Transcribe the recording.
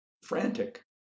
frantic